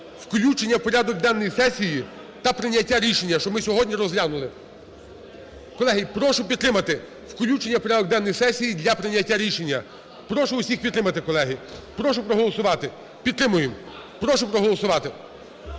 включення в порядок денний сесії та прийняття рішення, щоб ми сьогодні розглянули. Колеги, прошу підтримати включення в порядок денний сесії для прийняття рішення. Прошу усіх підтримати, колеги. Прошу проголосувати. Підтримуємо. Прошу проголосувати.